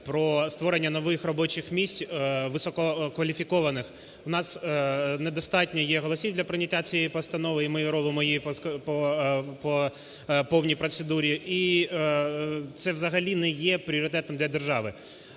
про створення нових робочих місць висококваліфікованих, у нас недостатньо є голосів для прийняття цієї постанови, і ми робимо її по повній процедурі. І це взагалі не є пріоритетом для держави.